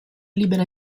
libera